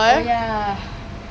oh ya